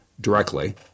directly